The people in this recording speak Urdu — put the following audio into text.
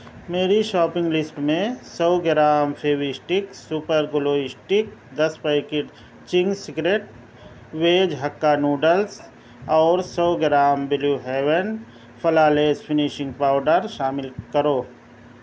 میری شاپنگ لسٹ میں سو gram fevistick super glue stick دس packet Ching's secret veg hakka noodles اور سو gram blue heaven flawless finishing powder شامل کرو